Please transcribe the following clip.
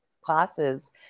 classes